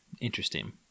Interesting